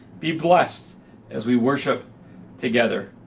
be blessed as we worship together.